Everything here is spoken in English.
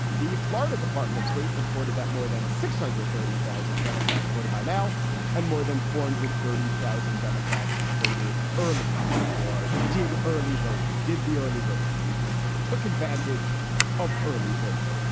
the florida department of state reported that more than six hundred and thirty thousand democrats voted by mail and more than four hundred thirty thousand democrats voted early or did early voting. did the early voting, you just say, took advantage of early voting?